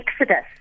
Exodus